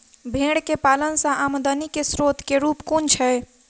भेंर केँ पालन सँ आमदनी केँ स्रोत केँ रूप कुन छैय?